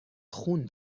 خون